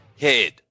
head